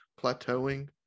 plateauing